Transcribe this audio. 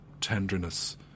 tenderness